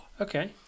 Okay